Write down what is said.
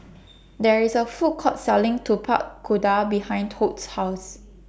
There IS A Food Court Selling Tapak Kuda behind Todd's House